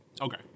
Okay